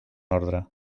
orde